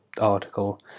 article